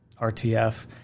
RTF